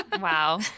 Wow